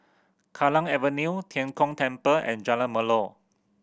Kallang Avenue Tian Kong Temple and Jalan Melor